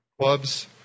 clubs